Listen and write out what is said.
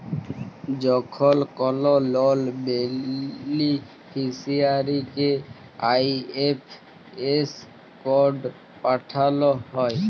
যখল কল লল বেলিফিসিয়ারিকে আই.এফ.এস কড পাঠাল হ্যয়